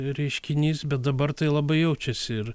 reiškinys bet dabar tai labai jaučiasi ir